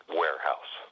warehouse